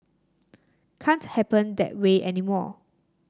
can't happen that way anymore